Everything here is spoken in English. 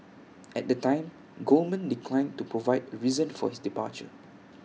at the time Goldman declined to provide A reason for his departure